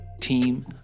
team